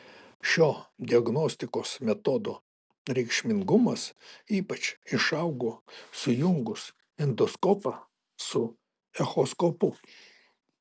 šio diagnostikos metodo reikšmingumas ypač išaugo sujungus endoskopą su echoskopu